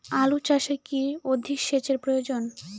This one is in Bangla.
আলু চাষে কি অধিক সেচের প্রয়োজন?